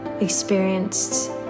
experienced